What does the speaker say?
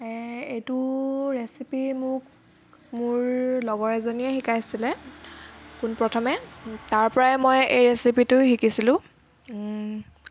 এইটো ৰেচিপি মোক মোৰ লগৰ এজনীয়ে শিকাইছিলে পোনপ্ৰথমে তাৰপৰাই মই এই ৰেচিপিটো শিকিছিলো